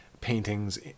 paintings